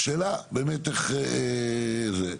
השאלה היא באמת איך עושים את זה.